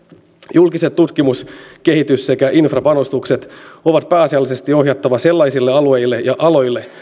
julkiset tutkimus kehitys sekä infrapanostukset on pääasiallisesti ohjattava sellaisille alueille ja aloille